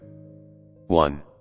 one